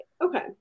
okay